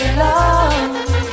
love